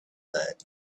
that